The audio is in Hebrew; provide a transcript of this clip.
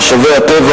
משאבי הטבע,